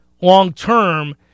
long-term